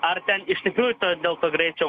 ar ten iš tikrųjų dėl to greičio